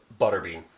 Butterbean